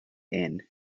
inn